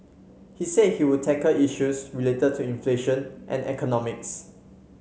he said he would tackle issues related to inflation and economics